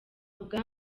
bwa